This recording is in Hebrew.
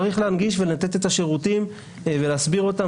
צריך להנגיש ולתת את השירותים ולהסביר אותם.